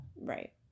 Right